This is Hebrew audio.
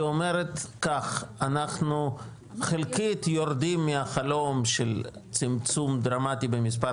אומרת כך: חלקית אנחנו יורדים מהחלום של צמצום דרמטי במספר